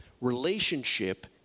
Relationship